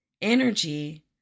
Energy